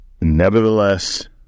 nevertheless